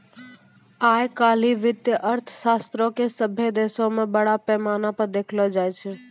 आइ काल्हि वित्तीय अर्थशास्त्रो के सभ्भे देशो मे बड़ा पैमाना पे देखलो जाय छै